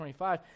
25